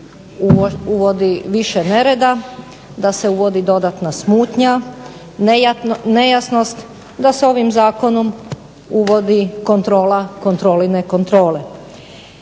uvodi više nereda, da se uvodi dodatna smutnja, nejasnost, da se ovim zakonom uvodi kontrola kontrolirane kontrole.